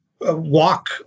walk